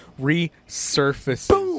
resurfaces